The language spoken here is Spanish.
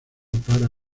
para